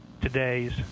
today's